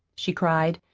she cried,